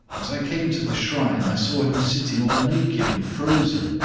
as i came to the shrine i saw him sitting all naked and frozen.